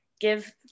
give